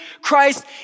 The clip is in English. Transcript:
Christ